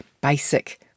basic